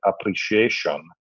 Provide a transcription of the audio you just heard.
appreciation